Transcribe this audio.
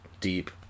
deep